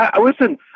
Listen